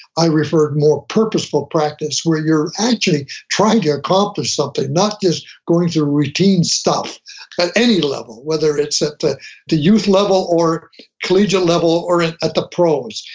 i referred more purposeful practice, where you're actually trying to accomplish something, not just going through routine stuff at any level, whether it's at the the youth level or collegiate level or at at the pros.